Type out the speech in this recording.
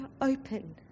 open